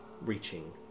reaching